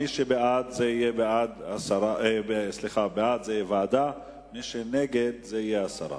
שבעד זה יהיה ועדה, ומי שנגד, זה יהיה הסרה.